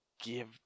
give